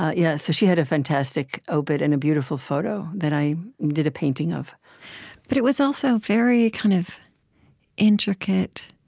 ah yeah so she had a fantastic obit and a beautiful photo that i did a painting of but it was also very kind of intricate,